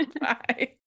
Bye